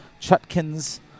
Chutkin's